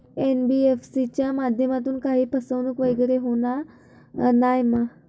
NBFC च्या माध्यमातून काही फसवणूक वगैरे होना नाय मा?